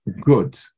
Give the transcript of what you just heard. good